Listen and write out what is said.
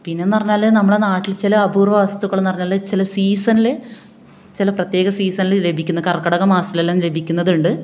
പിന്നെ എന്ന് പറഞ്ഞാൽ നമ്മുടെ നാട്ടില് ചില അപൂര്വ വസ്തുക്കള് എന്ന് പറഞ്ഞാൽ ചില സീസണിൽ ചില പ്രത്യേക സീസണിൽ ലഭിക്കുന്ന കര്ക്കിടക മാസങ്ങളിലെല്ലാം ലഭിക്കുന്നതുണ്ട്